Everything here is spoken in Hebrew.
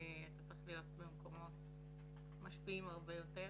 אתה צריך להיות במקומות משפיעים הרבה יותר.